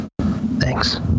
Thanks